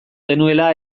genuela